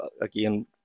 again